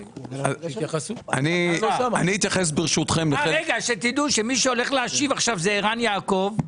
מי שהולך להשיב עכשיו הוא ערן יעקב,